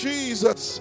Jesus